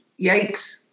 Yikes